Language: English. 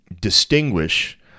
distinguish